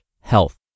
health